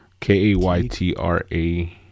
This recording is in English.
K-A-Y-T-R-A